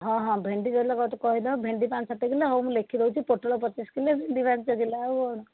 ହଁ ହଁ ଭେଣ୍ଡି କହିଦେବ ଭେଣ୍ଡି ପାଞ୍ଚ ସାତ କିଲୋ ହଉ ମୁଁ ଲେଖିଦେଉଛୁ ପୋଟଳ ପଚିଶ କିଲୋ ଭେଣ୍ଡି ପାଞ୍ଚ କିଲୋ ଆଉ କ'ଣ